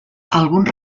alguns